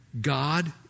God